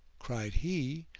cried he,